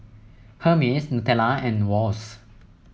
Hermes Nutella and Wall's